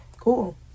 Cool